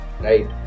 right